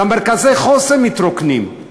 גם מרכזי החוסן מתרוקנים.